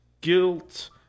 Guilt